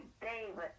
David